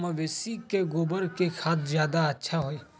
मवेसी के गोबर के खाद ज्यादा अच्छा होई?